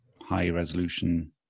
high-resolution